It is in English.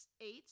Eight